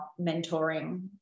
mentoring